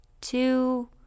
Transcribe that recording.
two